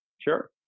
Sure